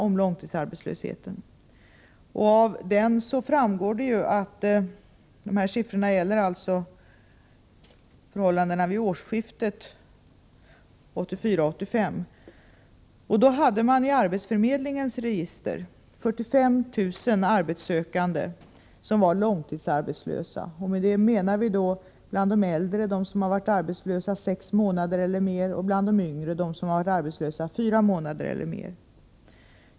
Siffrorna i denna redovisning gäller förhållandena vid årsskiftet 1984-1985. Det framgår där att det i arbetsförmedlingens register fanns 45 000 arbetssökande som var långtidsarbetslösa. Det är bland de äldre sådana som har varit arbetslösa sex månader eller mer och bland de yngre fyra månader eller mer.